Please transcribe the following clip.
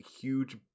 huge